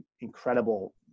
incredible